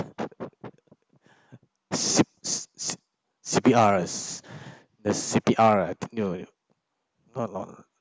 C~ C~ C~ C_P_Rs the C_P_R right